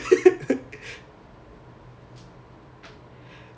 orh so you can you can direct so called lah